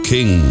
King